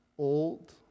Old